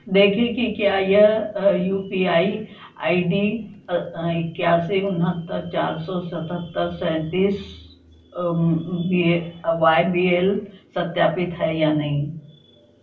देखें कि क्या यह U P I I D इक्यासी उनहत्तर चार सौ सतहत्तर सेंतीस at the rate Y B L सत्यापित है या नहीं